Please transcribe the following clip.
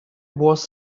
was